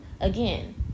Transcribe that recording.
again